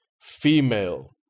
female